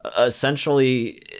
essentially